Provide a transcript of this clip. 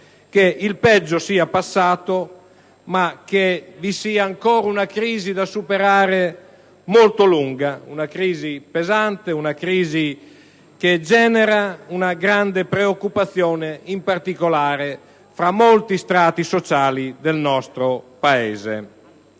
che il peggio sia passato ma che vi sia ancora una crisi molto lunga da superare, una crisi pesante, che genera una grande preoccupazione, in particolare fra molti strati sociali del nostro Paese.